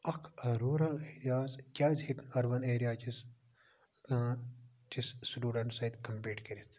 اکھ rural areas کیازِ ہیٚکہِ أربَن ایریاکِس أکِس سٹوڈَنٹ سۭتۍ کَمپیٖٹ کٔرِتھ